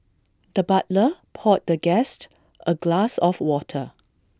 the butler poured the guest A glass of water